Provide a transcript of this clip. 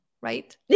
right